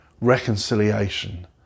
reconciliation